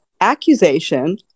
accusation